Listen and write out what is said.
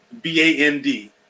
B-A-N-D